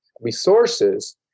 resources